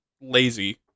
lazy